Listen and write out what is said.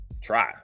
try